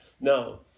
No